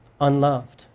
unloved